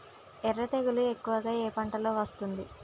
ఎర్ర తెగులు ఎక్కువగా ఏ పంటలో వస్తుంది?